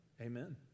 amen